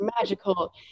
magical